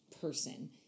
person